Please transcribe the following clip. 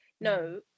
no